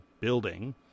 building